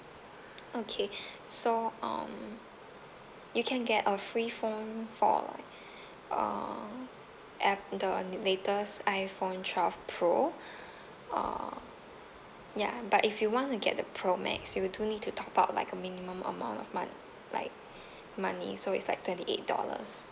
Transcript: okay so um you can get a free phone for like uh app~ the latest iphone twelve pro uh ya but if you want to get the pro max you do need to top up like a minimum amount of mon~ like money so it's like twenty eight dollars